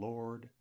Lord